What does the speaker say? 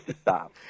stop